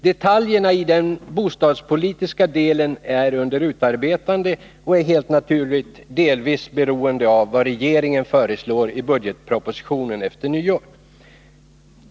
Detaljerna i den bostadspolitiska delen är under utarbetande, och utformningen är helt naturligt delvis beroende av vad regeringen föreslår i budgetpropositionen efter nyår.